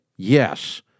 Yes